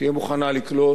תהיה מוכנה לקלוט,